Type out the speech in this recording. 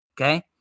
okay